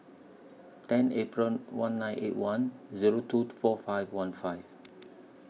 ten April one nine eight one Zero two to four five one five